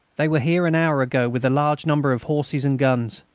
they were here an hour ago with a large number of horses and guns.